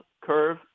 curve